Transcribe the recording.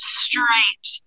straight